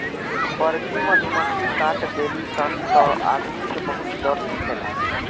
बड़की मधुमक्खी काट देली सन त आदमी के बहुत दर्द होखेला